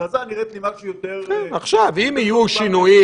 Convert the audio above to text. אני חושבת שכלי קשה,